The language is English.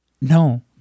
no